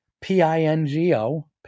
P-I-N-G-O